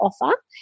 offer